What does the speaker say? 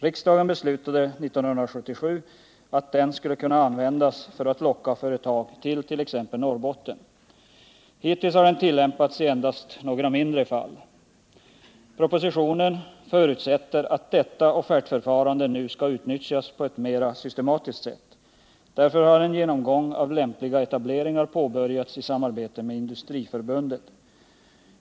Riksdagen beslöt 1977 att den skulle kunna användas för att locka företag till t.ex. Norrbotten. Hittills har den tillämpats i endast några mindre fall. Propositionen förutsätter att detta offertförfarande nu skall utnyttjas på ett mer systematiskt sätt. Därför har en genomgång av lämpliga etableringar påbörjats i samarbete med Industriförbundet.